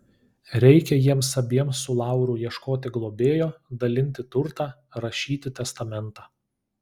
reikia jiems abiems su lauru ieškoti globėjo dalinti turtą rašyti testamentą